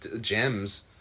gems